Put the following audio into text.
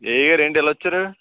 ఏ అయ్య గారు ఏంటి ఇలా వచ్చారు